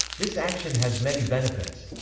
this action has many benefits.